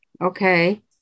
Okay